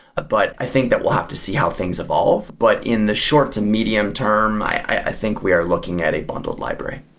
but i think that we'll have to see how things evolve. but in the short and medium term, i i think we are looking at a bundled library.